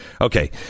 Okay